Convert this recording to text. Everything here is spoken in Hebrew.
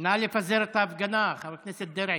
נא לפזר את ההפגנה, חבר הכנסת דרעי.